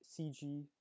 CG